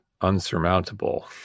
unsurmountable